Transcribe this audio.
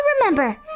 remember